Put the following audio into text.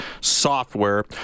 software